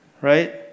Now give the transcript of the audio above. right